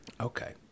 Okay